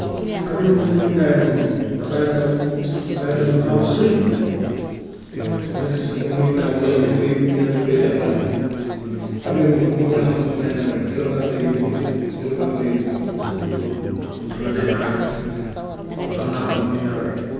Abeille moom nu muy naawee moom dafay daw comme si que dafay daw lu xaw a sori dangay gis nge- muy naaw ngelaw bi di koy yóbbu ngelaw bi di koy jàppaale, abeille moom noonu laa xam noonu lay naawee, ngelaw baa ko dee yóbbu tuuti ngelaw baa ko dee yóbbu noonu la dee naawee moom, noonu laa xam nu muy naawee.